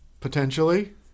potentially